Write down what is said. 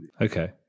Okay